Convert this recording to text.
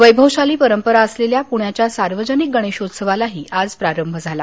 वैभवशाली परंपरा असलेल्या प्ण्याच्या सार्वजनिक गणेशोत्सवालाही आज प्रारंभ झाला